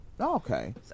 okay